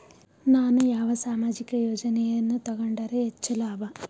ನಾನು ಯಾವ ಸಾಮಾಜಿಕ ಯೋಜನೆಯನ್ನು ತಗೊಂಡರ ಹೆಚ್ಚು ಲಾಭ?